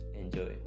enjoy